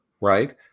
right